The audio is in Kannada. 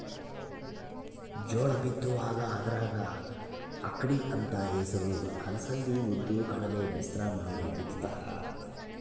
ಜೋಳ ಬಿತ್ತುವಾಗ ಅದರಾಗ ಅಕ್ಕಡಿ ಅಂತ ಹೆಸರು ಅಲಸಂದಿ ಉದ್ದು ಕಡಲೆ ಮಿಶ್ರ ಮಾಡಿ ಬಿತ್ತುತ್ತಾರ